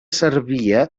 servia